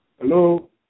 Hello